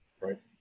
right